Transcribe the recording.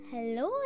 Hello